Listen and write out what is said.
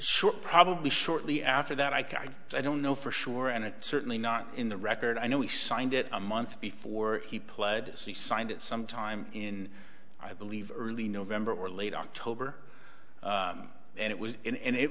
short probably shortly after that i can i don't know for sure and it certainly not in the record i know we signed it a month before he pled he signed it some time in i believe early november or late october and it was and